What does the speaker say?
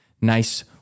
nice